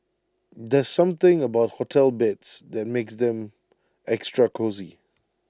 there's something about hotel beds that makes them extra cosy